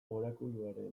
orakuluaren